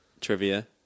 Trivia